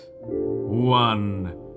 one